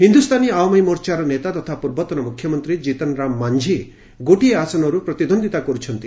ହିନ୍ଦୁସ୍ଥାନୀ ଆଓ୍ୱାମି ମୋର୍ଚ୍ଚାର ନେତା ତଥା ପୂର୍ବତନ ମୁଖ୍ୟମନ୍ତ୍ରୀ କ୍ଜିତନ୍ ରାମ ମାନ୍ଝୀ ଗୋଟିଏ ଆସନରୁ ପ୍ରତିଦ୍ୱନ୍ଦ୍ୱିତା କର୍ଚ୍ଛନ୍ତି